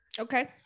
okay